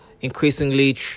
increasingly